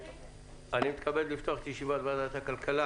אני מתכבד לפתוח את ישיבת ועדת הכלכלה